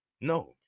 No